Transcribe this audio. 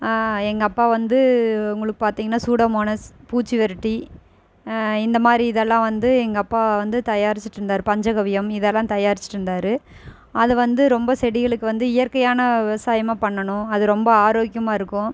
எங்கள் அப்பா வந்து உங்களுக்கு பார்த்திங்கன்னால் சூடோமோனஸ் பூச்சிவிரட்டி இந்தமாதிரி இதெல்லாம் வந்து எங்கள் அப்பா வந்து தயாரிச்சுட்டு இருந்தார் பஞ்சகவ்யம் இதெல்லாம் தயாரிச்சுட்டு இருந்தார் அது வந்து ரொம்ப செடிகளுக்கு வந்து இயற்கையான விவசாயமாக பண்ணணும் அது ரொம்ப ஆரோக்கியமாக இருக்கும்